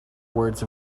words